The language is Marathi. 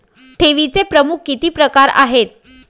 ठेवीचे प्रमुख किती प्रकार आहेत?